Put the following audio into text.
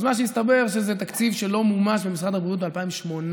אז מה שהסתבר הוא שזה תקציב שלא מומש במשרד הבריאות כבר ב-2018.